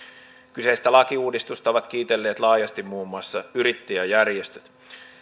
kyseistä lakiuudistusta ovat kiitelleet laajasti muun muassa yrittäjäjärjestöt